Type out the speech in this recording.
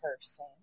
person